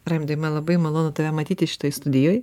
raimundai man labai malonu tave matyti šitoj studijoj